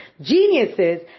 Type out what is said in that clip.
geniuses